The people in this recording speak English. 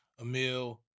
Emil